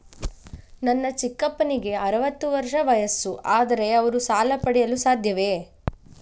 ನನ್ನ ಚಿಕ್ಕಪ್ಪನಿಗೆ ಅರವತ್ತು ವರ್ಷ ವಯಸ್ಸು, ಆದರೆ ಅವರು ಸಾಲ ಪಡೆಯಲು ಸಾಧ್ಯವೇ?